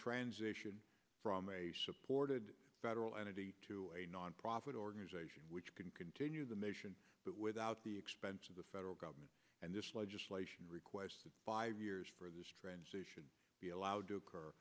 transition from a supported federal entity to a nonprofit organization which can continue the mission but without the expense of the federal government and this legislation requested five years for this transition be allowed to occur